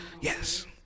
yes